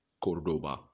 Cordoba